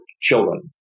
children